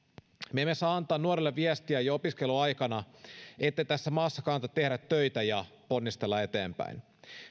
me emme saa antaa nuorille viestiä jo opiskeluaikana ettei tässä maassa kannata tehdä töitä ja ponnistella eteenpäin